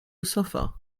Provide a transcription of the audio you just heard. sofa